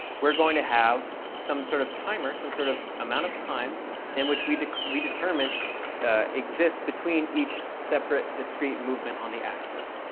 we're going to have some sort of timer, some sort of amount of time in which we we determine exists between each separate discrete movement on the axis.